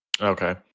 okay